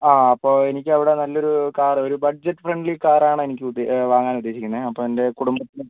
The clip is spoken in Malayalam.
ആ അപ്പോൾ എനിക്ക് അവിടെ നല്ലൊരു കാർ ഒരു ബഡ്ജറ്റ് ഫ്രണ്ട്ലി കാർ ആണ് എനിക്ക് ഉദ്ദേ വാങ്ങാൻ ഉദ്ദേശിക്കുന്നത് അപ്പോൾ എൻ്റെ കുടുംബത്തിനും